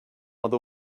other